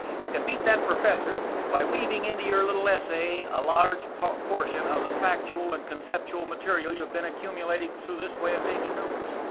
you can beat that professor by weaving into your little essay a large portion of the factual and conceptual material you've been accumulating through this way of taking notes.